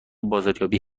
بازاریابی